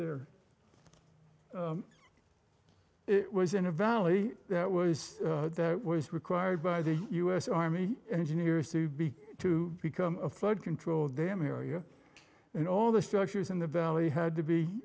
there it was in a valley that was that was required by the us army engineers to be to become a flood control dam area and all the structures in the valley had to be